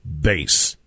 base